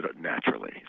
Naturally